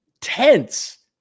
tense